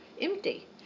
empty